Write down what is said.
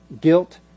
guilt